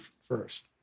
first